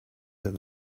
that